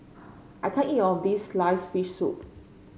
I can't eat of this sliced fish soup